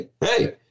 Hey